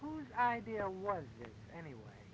whose idea was anyway